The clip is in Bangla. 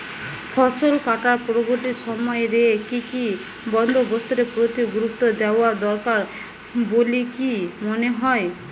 ফসলকাটার পরবর্তী সময় রে কি কি বন্দোবস্তের প্রতি গুরুত্ব দেওয়া দরকার বলিকি মনে হয়?